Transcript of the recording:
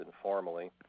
informally